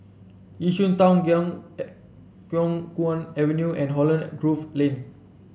Yishun Town Khiang Khiang Guan Avenue and Holland Grove Lane